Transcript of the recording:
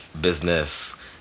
business